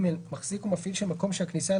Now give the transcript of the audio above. מחזיק או מפעיל של מקום שהכניסה אליו